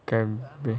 then they